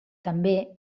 també